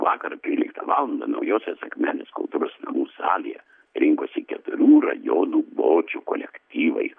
vakar tryliktą valandą naujosios akmenės kultūros namų salėje rinkosi keturių rajonų bočių kolektyvai